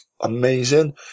amazing